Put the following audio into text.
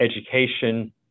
education